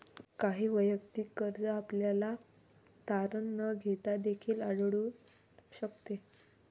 काही वैयक्तिक कर्ज आपल्याला तारण न घेता देखील आढळून शकते